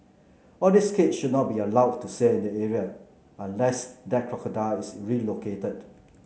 all these kids should not be allowed to sail in the area unless that crocodile is relocated